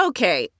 Okay